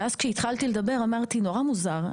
וכשהתחלתי לדבר אז אמרתי שזה נורא מוזר.